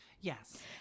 yes